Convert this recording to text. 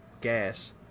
gas